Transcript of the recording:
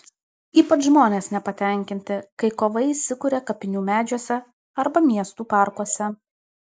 ypač žmonės nepatenkinti kai kovai įsikuria kapinių medžiuose arba miestų parkuose